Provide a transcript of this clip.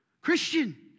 Christian